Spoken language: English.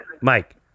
Mike